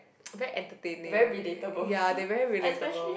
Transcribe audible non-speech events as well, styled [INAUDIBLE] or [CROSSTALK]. [NOISE] very entertaining ya they very relatable